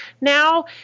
Now